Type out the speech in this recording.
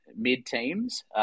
mid-teams